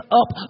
up